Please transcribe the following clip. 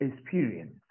experience